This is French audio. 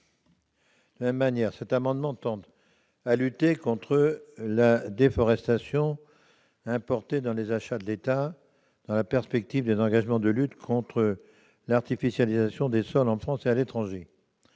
M. Alain Fouché. Cet amendement tend à lutter contre la déforestation importée dans les achats de l'État, dans la perspective des engagements de lutte contre l'artificialisation des sols en France et à l'étranger.